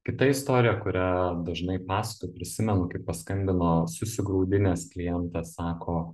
kita istorija kurią dažnai pasakoju prisimenu kai paskambino susigraudinęs klientas sako